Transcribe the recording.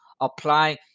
apply